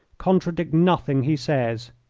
contradict nothing he says.